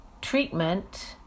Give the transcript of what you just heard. treatment